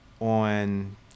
On